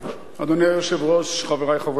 אדוני היושב-ראש, חברי חברי הכנסת,